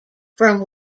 from